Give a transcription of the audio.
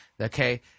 Okay